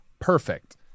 perfect